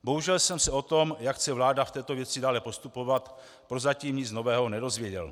Bohužel jsem se o tom, jak chce vláda v této věci dále postupovat, prozatím nic nového nedozvěděl.